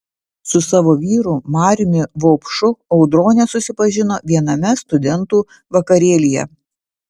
su savo vyru mariumi vaupšu audronė susipažino viename studentų vakarėlyje